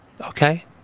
Okay